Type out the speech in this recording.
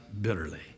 bitterly